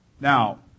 Now